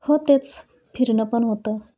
हो तेच फिरणं पण होतं